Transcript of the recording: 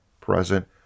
present